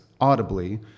audibly